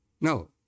No